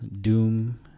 doom